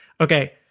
okay